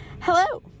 Hello